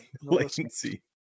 latency